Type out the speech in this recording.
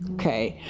okay.